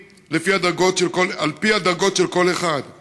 על פי דרגות של כל הדרגות של כל אחד,